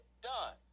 done